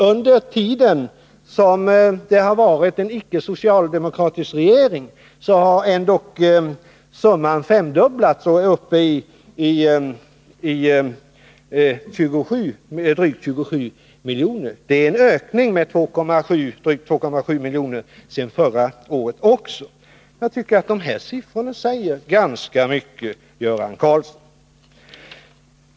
Under den tid vi haft icke-socialistisk regering har summan femdubblats och är nu uppe i drygt 27 miljoner. Det har skett en ökning med drygt 2,7 miljoner sedan förra året. Jag tycker att de här siffrorna säger ganska mycket, Göran Karlsson.